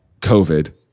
covid